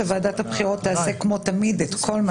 שוועדת הבחירות תעשה כמו תמיד את כל מה